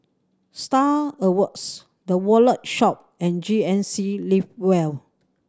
Star Awards The Wallet Shop and G N C Live well